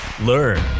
learn